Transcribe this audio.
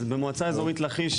אז במועצה אזורית לכיש,